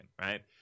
right